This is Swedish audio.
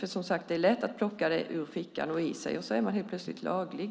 Det är som sagt lätt att plocka upp det ur fickan och stoppa det i sig, och så är man helt plötsligt laglig.